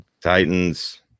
Titans